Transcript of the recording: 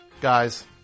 Guys